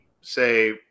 say